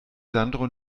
sandro